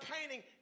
painting